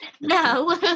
No